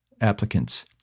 applicants